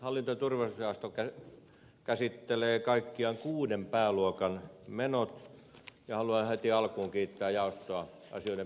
hallinto ja turvallisuusjaosto käsittelee kaikkiaan kuuden pääluokan menot ja haluan heti alkuun kiittää jaostoa asioiden perusteellisesta käsittelystä